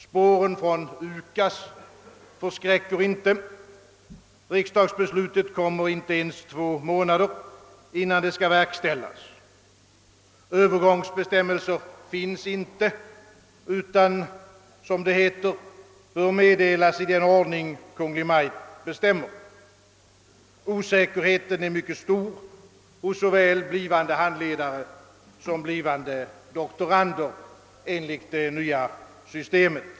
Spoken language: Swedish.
Spåren från UKAS förskräcker tydligen inte. Riksdagsbeslutet fattas inte ens två månader innan det skall verkställas. Övergångsbestämmelser finns inte, utan bör meddelas i den ordning Kungl. Maj:t bestämmer, heter det. Osäkerheten är mycket stor hos såväl blivande handledare som blivande doktorander enligt det nya systemet.